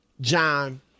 John